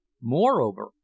Moreover